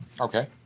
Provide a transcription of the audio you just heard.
Okay